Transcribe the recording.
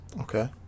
okay